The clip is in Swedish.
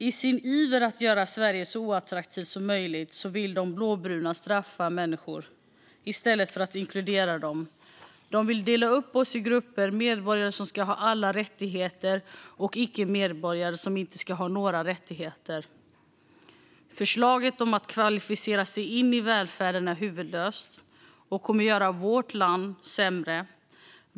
I sin iver att göra Sverige så oattraktivt som möjligt vill de blåbruna straffa människor i stället för att inkludera dem. De vill dela upp oss i grupper: medborgare som ska ha alla rättigheter och icke-medborgare som inte ska ha några rättigheter. Förslaget om att kvalificera sig in i välfärden är huvudlöst och kommer att göra vårt land sämre.